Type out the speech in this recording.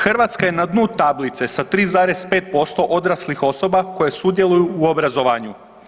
Hrvatska je na dnu tablice sa 3,5% odraslih osoba koje sudjeluju u obrazovanju.